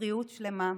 בריאות שלמה,